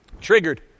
Triggered